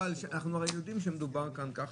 אנחנו הרי יודעים שמדובר כאן ככה,